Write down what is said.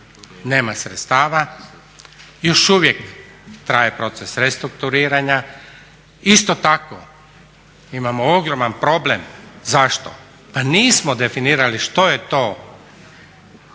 Nema sredstava, još uvijek traje proces restrukturiranja. Isto tako imamo ogroman problem. Zašto? Pa nismo definirali što je to